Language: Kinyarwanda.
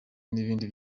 n’ibindi